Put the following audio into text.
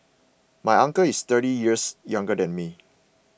my uncle is thirty years younger than me